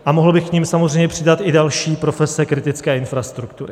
A mohl bych k nim samozřejmě přidat i další profese kritické infrastruktury.